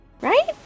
Right